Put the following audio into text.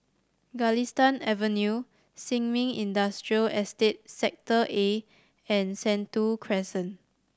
Galistan Avenue Sin Ming Industrial Estate Sector A and Sentul Crescent